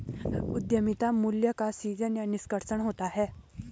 उद्यमिता मूल्य का सीजन या निष्कर्षण होता है